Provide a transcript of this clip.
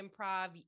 improv